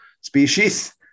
species